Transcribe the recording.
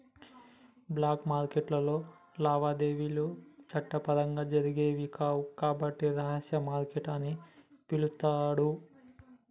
black మార్కెట్టులో లావాదేవీలు చట్టపరంగా జరిగేవి కావు కాబట్టి రహస్య మార్కెట్ అని పిలుత్తాండ్రు